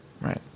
Right